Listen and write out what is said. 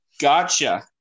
gotcha